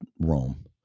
Rome